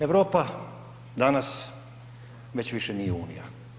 Europa danas već više nije unija.